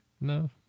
No